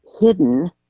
hidden